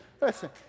listen